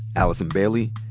allison bailey,